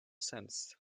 sense